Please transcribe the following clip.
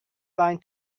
line